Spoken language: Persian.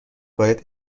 باید